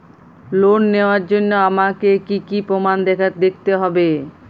Loan নেওয়ার জন্য আমাকে কী কী প্রমাণ দেখতে হবে?